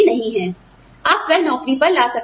आप वह नौकरी पर ला सकते हो